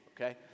Okay